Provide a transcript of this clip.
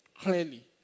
clearly